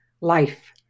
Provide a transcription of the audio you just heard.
life